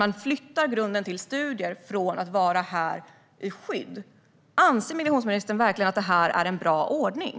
Man flyttar grunden till studier från att vara här i skydd. Anser migrationsministern verkligen att detta är en bra ordning?